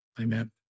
Amen